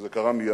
וזה קרה מייד.